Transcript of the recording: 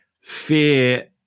fear